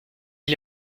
est